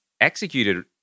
executed